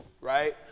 right